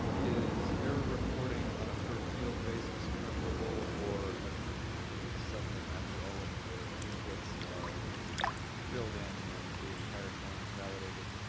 is error reporting on a per field basis preferable or ah a submit after all of the inputs are filled in and then the entire form is validated?